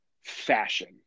fashion